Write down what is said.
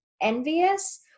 envious